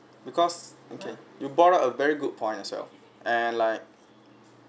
because okay you brought up a very good point as well and like